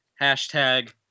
Hashtag